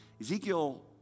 Ezekiel